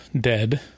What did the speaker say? dead